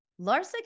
Larsa